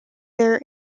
their